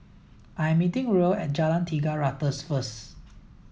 I'm meeting Ruel at Jalan Tiga Ratus first